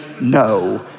no